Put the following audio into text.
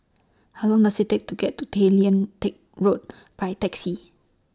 How Long Does IT Take to get to Tay Lian Teck Road By Taxi